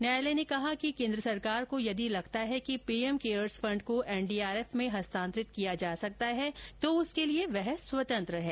न्यायालय ने कहा कि केंद्र सरकार को यदि लगता है कि पीएम केयर्स फंड को एनडीआरएफ में हस्तांतरित किया जा सकता है तो उसके लिए वह स्वतंत्र है